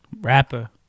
Rapper